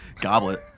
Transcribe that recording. Goblet